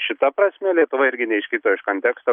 šita prasme lietuva irgi neiškrito iš konteksto